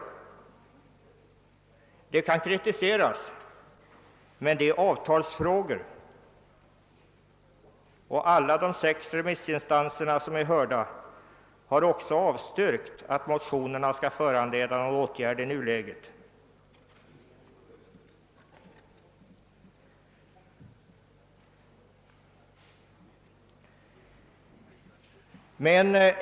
Det kan kritiseras, men sådana saker är avtalsfrågor som bör tas upp förhandlingsvägen, och samtliga sex remissinstanser som hörts har avstyrkt att motionerna föranleder någon åtgärd i nuläget.